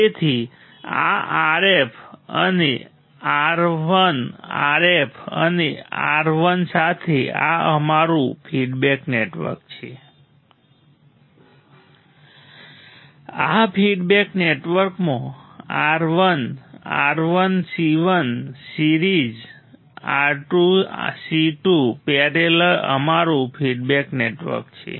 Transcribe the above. તેથી આ Rf અને RI Rf અને RI સાથે આ અમારું ફીડબેક નેટવર્ક છે આ ફીડબેક નેટવર્કમાં R1 R1 C1 series R2 C2 parallel અમારું ફીડબેક નેટવર્ક છે